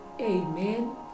amen